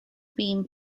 been